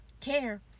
care